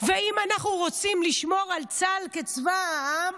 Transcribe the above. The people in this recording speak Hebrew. ואם אנחנו רוצים לשמור על צה"ל כצבא העם,